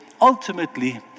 Ultimately